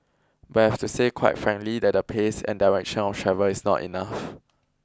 but I have to say quite frankly that the pace and direction of travel is not enough